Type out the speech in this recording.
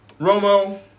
Romo